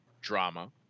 Drama